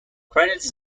credits